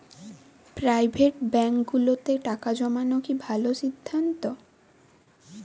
Private ব্যাংকগুলোতে টাকা জমানো কি ভালো সিদ্ধান্ত?